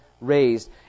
raised